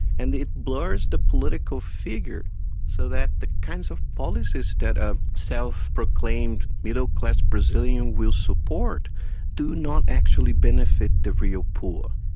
and it blurs the political figure so that the kinds of policies that a self-proclaimed middle-class brazilian will support do not actually benefit the real poor,